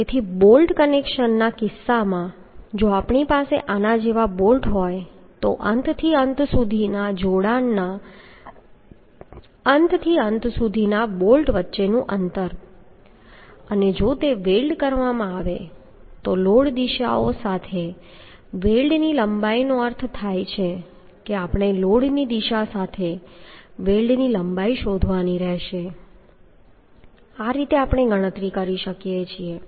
તેથી બોલ્ટ કનેક્શનના કિસ્સામાં જો આપણી પાસે આના જેવા બોલ્ટ હોય તો અંતથી અંત સુધીના જોડાણના અંતથી અંત સુધીના બોલ્ટ વચ્ચેનું અંતર અને જો તે વેલ્ડ કરવામાં આવે તો લોડ દિશાઓ સાથે વેલ્ડની લંબાઈનો અર્થ એ થાય કે આપણે લોડની દિશા સાથે વેલ્ડની લંબાઈ શોધવાની રહેશે આ રીતે આપણે ગણતરી કરી શકીએ છીએ